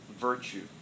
virtue